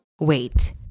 Wait